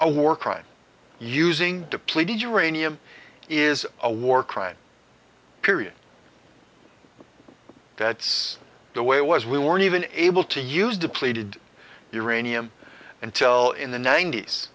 a war crime using depleted uranium is a war crime period that's the way it was we weren't even able to use depleted uranium and tell in the ninet